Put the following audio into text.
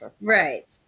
right